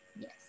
Yes